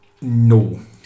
no